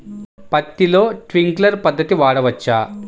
పత్తిలో ట్వింక్లర్ పద్ధతి వాడవచ్చా?